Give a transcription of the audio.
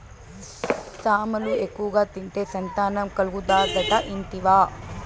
సామలు ఎక్కువగా తింటే సంతానం కలుగుతాదట ఇంటివా